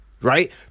right